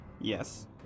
Yes